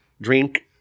Drink